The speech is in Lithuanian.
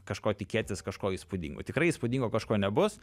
kažko tikėtis kažko įspūdingo tikrai įspūdingo kažko nebus